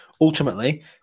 ultimately